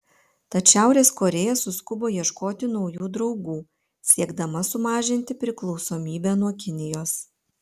tad šiaurės korėja suskubo ieškoti naujų draugų siekdama sumažinti priklausomybę nuo kinijos